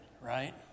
right